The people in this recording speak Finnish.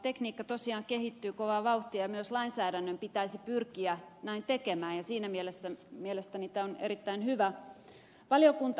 tekniikka tosiaan kehittyy kovaa vauhtia ja myös lainsäädännön pitäisi pyrkiä näin tekemään ja siinä mielessä mielestäni tämä on erittäin hyvä esitys